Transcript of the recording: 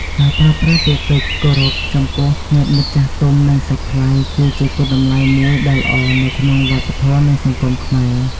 ការប្រើប្រាស់ពាក្យពេចន៍គោរពចំពោះញាតិមិត្តចាស់ទុំ និងសាច់ថ្លៃ គឺជាគុណតម្លៃមួយដ៏ល្អនៅក្នុងវប្បធម៌និងសង្គមខ្មែរ។